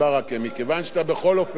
בא פה, ובצדק,